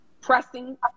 pressing